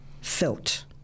felt